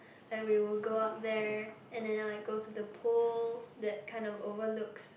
like we will go up there and then like go to the pool that kind of overlooks